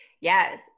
Yes